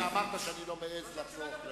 מלה שאתה אמרת שאני לא מעז לחזור אחריה.